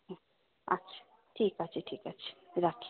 হুম আচ্ছা ঠিক আছে ঠিক আছে রাখি